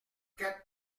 quatre